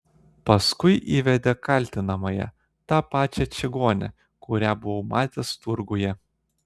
paskui įvedė kaltinamąją tą pačią čigonę kurią buvau matęs turguje